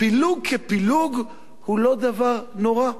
פילוג כפילוג הוא לא דבר נורא.